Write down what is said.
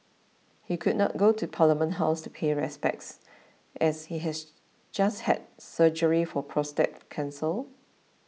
he could not go to Parliament House to pay respects as he has just had surgery for prostate cancer